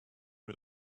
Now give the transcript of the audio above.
mit